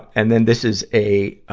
and then this is a, ah,